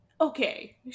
Okay